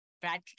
Brad